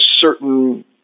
certain